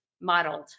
modeled